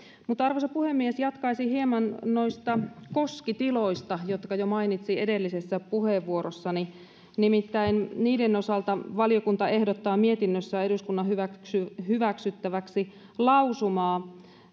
arvoisa puhemies jatkaisin hieman noista koskitiloista jotka jo mainitsin edellisessä puheenvuorossani nimittäin niiden osalta valiokunta ehdottaa mietinnössään eduskunnan hyväksyttäväksi lausumaa